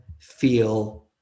feel